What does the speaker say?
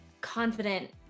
confident